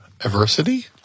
adversity